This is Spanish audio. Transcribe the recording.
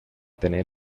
tener